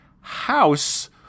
house